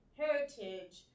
heritage